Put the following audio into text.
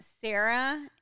Sarah